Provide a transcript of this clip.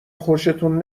خوشتون